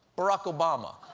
barack obama.